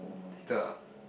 later ah